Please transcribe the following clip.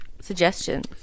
suggestions